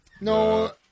No